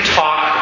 talk